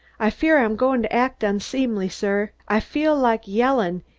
i fear i'm going to act unseemly, sir. i feel like yelling,